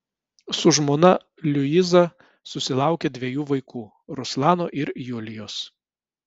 su žmona liuiza susilaukė dviejų vaikų ruslano ir julijos